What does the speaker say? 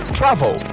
travel